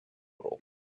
року